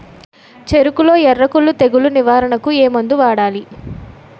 చెఱకులో ఎర్రకుళ్ళు తెగులు నివారణకు ఏ మందు వాడాలి?